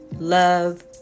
love